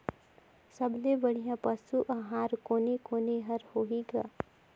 सबले बढ़िया पशु आहार कोने कोने हर होही ग?